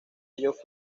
ellos